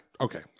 okay